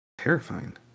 Terrifying